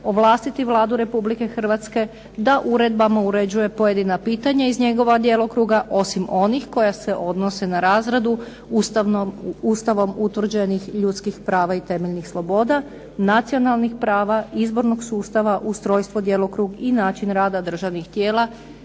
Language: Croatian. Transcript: ovlastiti Vladu Republike Hrvatske da uredbama uređuje pojedina pitanja iz njegova djelokruga, osim onih koja se odnose na razradu ustavnom u Ustavom utvrđenih ljudskih prava i temeljnih sloboda, nacionalnih prava, izbornog sustava, ustrojstvo, djelokrug i način rada državnih tijela